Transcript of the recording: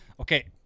Okay